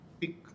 pick